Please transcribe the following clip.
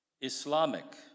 Islamic